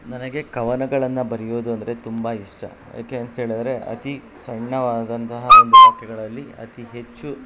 ನನಗೆ ಕವನಗಳನ್ನು ಬರೆಯೋದು ಅಂದರೆ ತುಂಬ ಇಷ್ಟ ಯಾಕೆ ಅಂಥೇಳಿದರೆ ಅತಿ ಸಣ್ಣದಾದಂತಹ ಒಂದು ವಾಕ್ಯಗಳಲ್ಲಿ ಅತಿ ಹೆಚ್ಚು